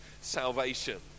salvation